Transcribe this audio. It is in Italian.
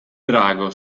drago